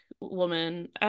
woman